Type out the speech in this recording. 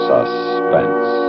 Suspense